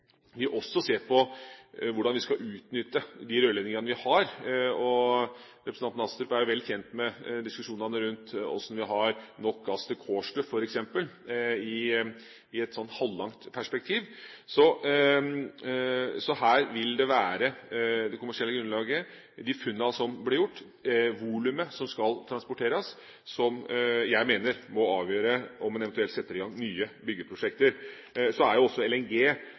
vi også ser på hvordan vi skal utnytte de rørledningene vi har. Representanten Astrup er vel kjent med diskusjonene om hvorvidt vi har nok gass til Kårstø, f.eks., i et halvlangt perspektiv. Så her vil det kommersielle grunnlaget – de funnene som blir gjort, og volumet som skal transporteres – være det jeg mener må avgjøre om man eventuelt setter i gang nye byggeprosjekter. Så er også LNG